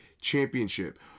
championship